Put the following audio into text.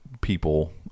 people